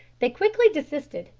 they quickly desisted,